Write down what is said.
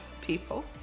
people